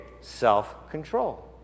Self-control